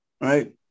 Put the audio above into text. right